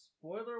spoiler